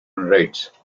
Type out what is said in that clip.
rights